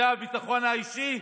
זה הביטחון האישי?